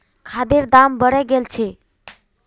खादेर दाम बढ़े गेल छे